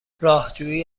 راهجویی